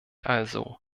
also